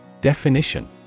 Definition